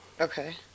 Okay